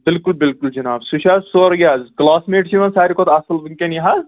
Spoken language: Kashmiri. بِلکُل بِلکُل جِناب سُہ چھُ حظ سورُے حظ کٕلاسمیٹ چھِ یِوان سارِوٕے کھوتہٕ اَصٕل ؤنکیٚن یہِ حظ